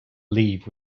leave